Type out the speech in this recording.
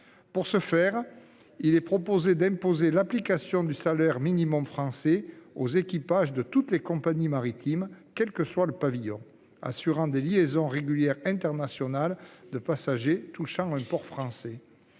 Pour ce faire, il est proposé d'imposer l'application du salaire minimum français aux équipages de toutes les compagnies maritimes, quel que soit leur pavillon, assurant des liaisons régulières internationales de passagers touchant un port français.